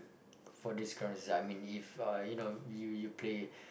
for this current season I mean if uh you know you you play